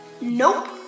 Nope